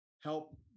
help